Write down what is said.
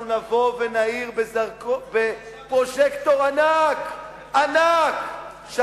אנחנו נבוא ונעיר בפרוז'קטור ענק שאתם